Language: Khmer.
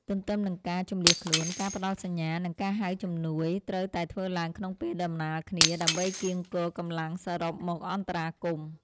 ទន្ទឹមនឹងការជម្លៀសខ្លួន ការផ្ដល់សញ្ញា និងការហៅជំនួយ ត្រូវតែធ្វើឡើងក្នុងពេលដំណាលគ្នា ដើម្បីកៀងគរកម្លាំងសរុបមកអន្តរាគមន៍។